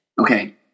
Okay